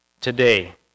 today